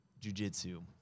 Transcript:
jujitsu